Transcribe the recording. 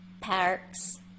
Parks